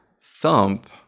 Thump